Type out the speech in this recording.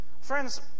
Friends